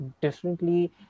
differently